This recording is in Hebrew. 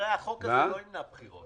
החוק הזה לא ימנע בחירות.